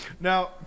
Now